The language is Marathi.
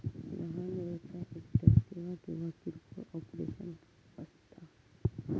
लहान व्यवसाय एकतर सेवा किंवा किरकोळ ऑपरेशन्स असता